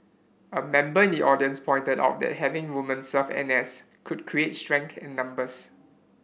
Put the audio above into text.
a member in the audience pointed out that having women serve N S could create strength in numbers